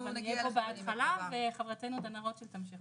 אבל נהיה פה בהתחלה וחברתנו דנה רוטשילד תמשיך.